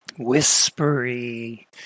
Whispery